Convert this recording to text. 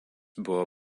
buvo